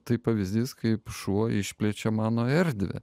tai pavyzdys kaip šuo išplečia mano erdvę